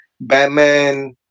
Batman